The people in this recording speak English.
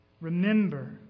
Remember